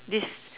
this